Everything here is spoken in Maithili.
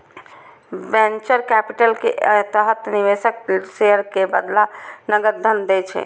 वेंचर कैपिटल के तहत निवेशक शेयर के बदला नकद धन दै छै